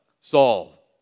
Saul